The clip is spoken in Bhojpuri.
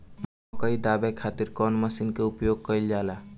मकई दावे खातीर कउन मसीन के प्रयोग कईल जाला?